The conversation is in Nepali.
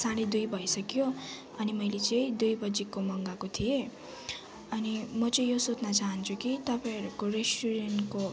साढे दुई भइसक्यो अनि मैले चाहिँ दुई बजीको मगाएको थिएँ अनि म चाहिँ यो सोध्न चाहन्छु कि तपाईँहरूको रेस्टुरेन्टको